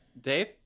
Dave